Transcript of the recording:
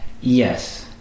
Yes